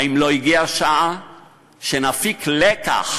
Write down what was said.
האם לא הגיעה השעה שנפיק לקח